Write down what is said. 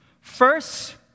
First